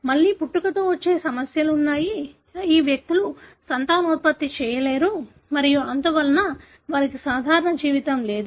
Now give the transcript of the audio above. మళ్ళీ పుట్టుకతో వచ్చే సమస్యలు ఉన్నాయి ఈ వ్యక్తులు సంతానోత్పత్తి చేయలేరు మరియు అందువలన వారికి సాధారణ జీవితం లేదు